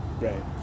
Right